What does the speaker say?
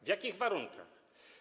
W jakich warunkach?